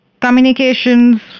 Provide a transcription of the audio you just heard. communications